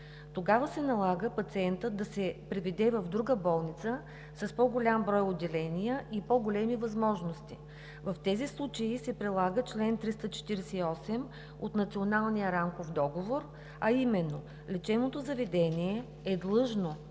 Тогава се налага той да се приведе в друга болница с по-голям брой отделения и по-големи възможности. В тези случаи се прилага чл. 348 от Националния рамков договор, а именно: „лечебното заведение е длъжно